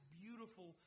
beautiful